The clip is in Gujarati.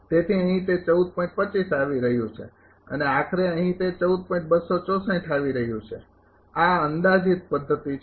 તેથી અહીં તે આવી રહ્યું છે અને આખરે અહીં તે આવી રહ્યું છે આ અંદાજિત પદ્ધતિ છે